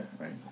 right